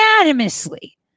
unanimously